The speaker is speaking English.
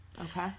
Okay